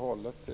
att följa.